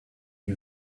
you